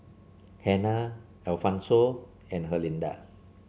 Hannah Alphonso and Herlinda